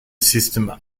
system